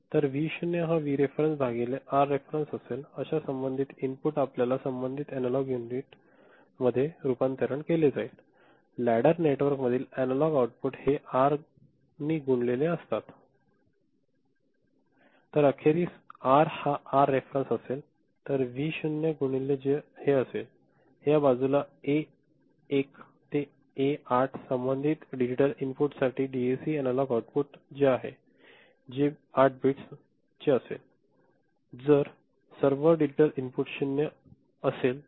तर व्ही 0 हा V reference भागिले आर रेफेरेंस असेल अश्या संबंधित इनपुट आपल्या संबंधित एनालॉग युनिटमध्ये रूपांतरित केले जाईल लॅडर नेटवर्कमधील एनालॉग आउटपुट हे आर नि गुणलेले असते तर अखेरीस आर हा आर रेफेरेन्स असेल तर व्ही शून्य गुणिले हे असेल हे या बाजूला ए 1 ते ए 8 संबंधित डिजिटल इनपुट साठी डीएसी चे अनालॉग आउटपुट हे आहे जे 8 बिट्स चे असेल जर सर्व डिजिटल इनपुट 0 असेल तर